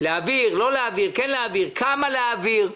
להעביר, לא להעביר, כן להעביר, כמה להעביר.